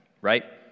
right